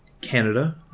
Canada